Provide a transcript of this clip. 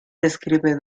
describe